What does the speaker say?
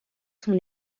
sont